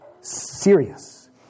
serious